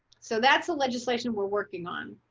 so that's the legislation, we're working on.